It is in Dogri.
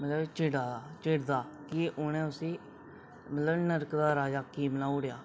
मतलब चिड़े दा हा चिड़दा उ'नें उसी मतलब नर्क दा राजा कि बनाई ओड़ेआ